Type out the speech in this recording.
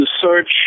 search